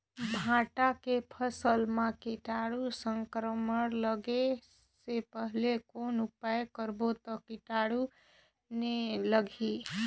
भांटा के फसल मां कीटाणु संक्रमण लगे से पहले कौन उपाय करबो ता कीटाणु नी लगही?